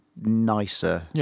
nicer